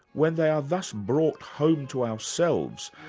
when they are thus brought home to ourselves,